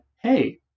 hey